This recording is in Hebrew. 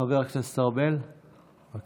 חבר הכנסת ארבל, בבקשה.